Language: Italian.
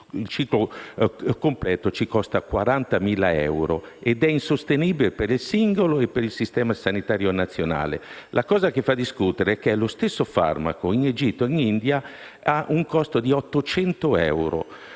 Il ciclo completo ci costa 40.000 euro, cifra insostenibile sia per il singolo, sia per il Sistema sanitario nazionale. La cosa che fa discutere è che lo stesso farmaco ha un costo di 800 euro